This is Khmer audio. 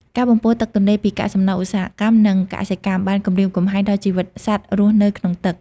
ការបំពុលទឹកទន្លេពី កាកសំណល់ឧស្សាហកម្ម និងកសិកម្មបានគំរាមកំហែងដល់ជីវិតសត្វរស់នៅក្នុងទឹក។